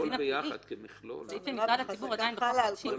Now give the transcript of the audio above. להקים בכלל את החזקה.